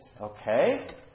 Okay